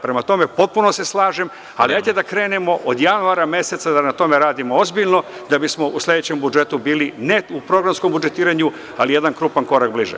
Prema tome, potpuno se slažem, ali hajde da krenemo od januara meseca da na tome radimo ozbiljno da bismo u sledećem budžetu bili ne u programskom budžetiranju, ali jedan krupan korak bliže.